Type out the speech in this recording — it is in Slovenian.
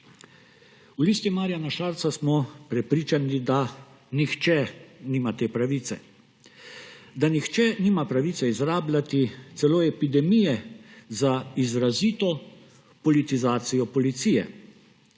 V Listi Marjana Šarca smo prepričani, da nihče nima te pravice. Da nihče nima pravice izrabljati celo epidemije za izrazito politizacijo policije.